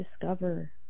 discover